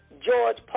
George